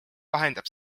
vahendab